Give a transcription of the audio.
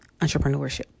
entrepreneurship